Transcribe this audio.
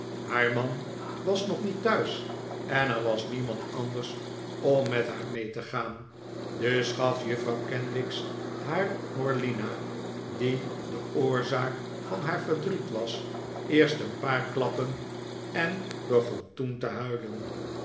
haar man was nog niet thuis en er was niemand anders om met haar mee te gaan dus gaf juffrouw kenwigs haar morlina die de oorzaak van haar verdriet was eerst een paar klappen en begon toen te huilen